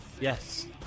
Yes